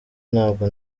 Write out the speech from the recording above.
ntabwo